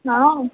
हॅं